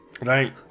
right